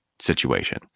situation